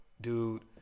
dude